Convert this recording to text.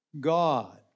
God